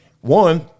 one –